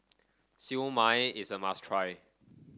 Siew Mai is a must try